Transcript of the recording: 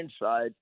inside